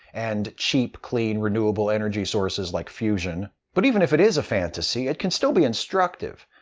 and cheap, clean, renewable energy sources like fusion. but even if it is a fantasy, it can still be instructive.